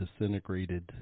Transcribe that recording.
disintegrated